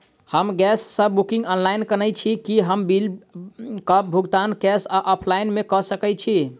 हम गैस कऽ booking online केने छी, की हम बिल कऽ भुगतान कैश वा ऑफलाइन मे कऽ सकय छी?